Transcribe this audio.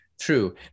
true